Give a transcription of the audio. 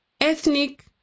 Ethnic